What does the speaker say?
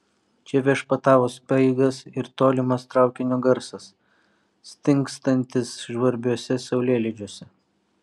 čia viešpatavo speigas ir tolimas traukinio garsas stingstantis žvarbiuose saulėlydžiuose